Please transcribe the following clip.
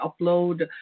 upload